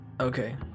Okay